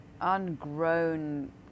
ungrown